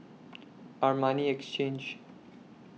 Armani Exchange